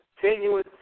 continuous